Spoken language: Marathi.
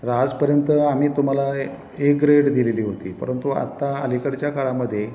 तर आजपर्यंत आम्ही तुम्हाला ए ग्रेड दिलेली होती परंतु आत्ता अलीकडच्या काळामध्ये